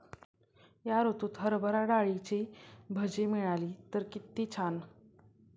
या ऋतूत हरभरा डाळीची भजी मिळाली तर कित्ती छान